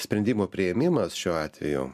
sprendimo priėmimas šiuo atveju